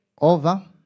over